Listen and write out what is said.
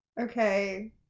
Okay